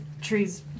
trees